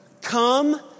Come